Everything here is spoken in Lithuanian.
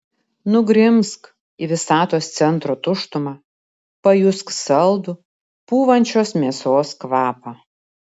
nugrimzk į visatos centro tuštumą pajusk saldų pūvančios mėsos kvapą